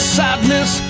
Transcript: sadness